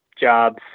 jobs